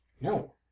No